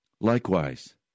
Likewise